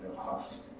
cars